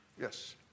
Yes